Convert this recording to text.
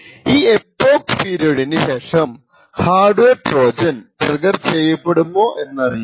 ഈ എപ്പോക്ക് പീരിയോഡിന് ശേഷം ഹാർഡ്വെയർ ട്രോജൻ ട്രിഗർ ചെയ്യപ്പെടുമോ എന്നറിയില്ല